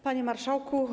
Panie Marszałku!